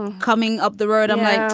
and coming up the road, i'm like,